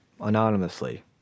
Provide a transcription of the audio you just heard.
anonymously